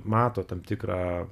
mato tam tikrą